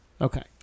okay